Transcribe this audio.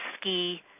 ski